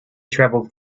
travel